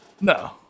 No